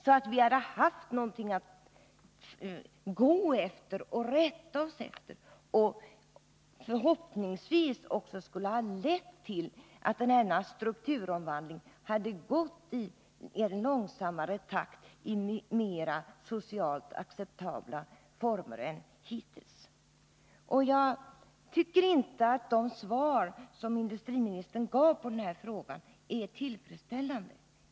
Då hade vi haft något att rätta oss efter, och det skulle förhoppningsvis också ha lett till att strukturomvandlingen gått i långsammare takt och skett i mera socialt acceptabla former än hittills. Jag tycker inte att det svar som industriministern givit på den här frågan är tillfredsställande.